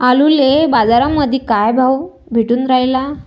आलूले बाजारामंदी काय भाव भेटून रायला?